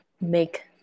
make